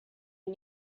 you